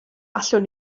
allwn